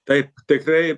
taip tikrai